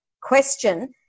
question